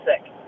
sick